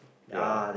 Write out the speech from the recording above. ya